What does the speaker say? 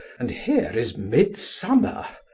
and here is midsummer!